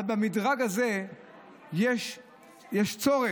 אבל במדרג הזה יש צורך